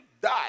die